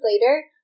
later